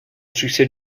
succès